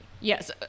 Yes